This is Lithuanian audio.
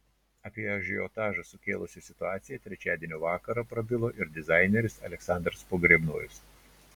apie ažiotažą sukėlusią situaciją trečiadienio vakarą prabilo ir dizaineris aleksandras pogrebnojus